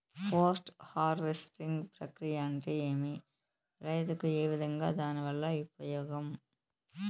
Post harvesting ప్రక్రియ అంటే ఏమి? రైతుకు ఏ విధంగా దాని వల్ల ఉపయోగం?